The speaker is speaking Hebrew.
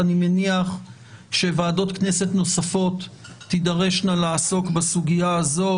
אני מניח שוועדות כנסת נוספות תידרשנה לעסוק בסוגיה הזאת,